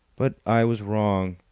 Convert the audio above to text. but i was wrong.